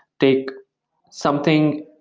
take something,